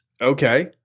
Okay